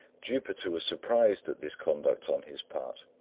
jupiter was surprised at this conduct on his part,